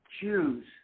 Choose